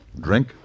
Drink